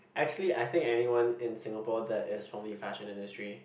actually I think anyone in Singapore that is from the fashion industry